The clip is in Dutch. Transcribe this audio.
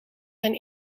zijn